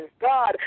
God